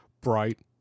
Bright